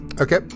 okay